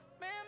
Man